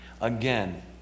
Again